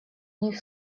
них